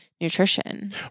nutrition